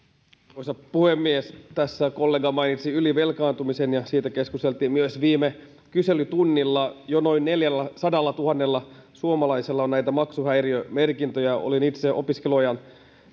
arvoisa puhemies tässä kollega mainitsi ylivelkaantumisen ja siitä keskusteltiin myös viime kyselytunnilla jo noin neljälläsadallatuhannella suomalaisella on maksuhäiriömerkintöjä olin itse opiskeluajan